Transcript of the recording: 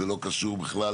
זה לא קשור בכלל,